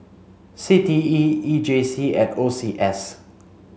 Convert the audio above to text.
C T E E J C and O C S